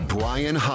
Brian